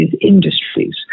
industries